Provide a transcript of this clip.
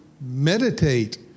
meditate